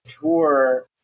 tour